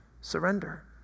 surrender